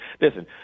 listen